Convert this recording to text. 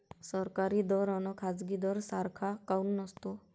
सरकारी दर अन खाजगी दर सारखा काऊन नसतो?